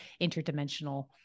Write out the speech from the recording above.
interdimensional